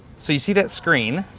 so you see that screen?